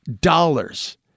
dollars